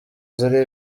ziri